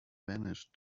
vanished